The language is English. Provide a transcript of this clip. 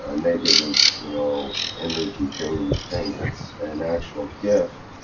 ah negative, you know, energy draining thing. it's an actual gift,